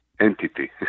entity